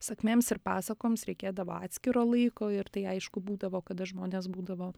sakmėms ir pasakoms reikėdavo atskiro laiko ir tai aišku būdavo kada žmonės būdavo